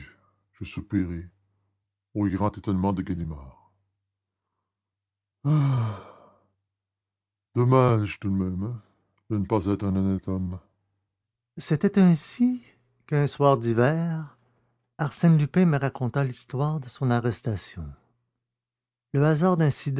je soupirai au grand étonnement de ganimard dommage tout de même de ne pas être un honnête homme c'est ainsi qu'un soir d'hiver arsène lupin me raconta l'histoire de son arrestation le hasard